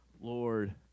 Lord